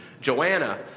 Joanna